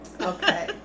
Okay